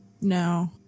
no